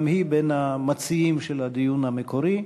גם היא בין המציעים של הדיון המקורי,